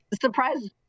Surprise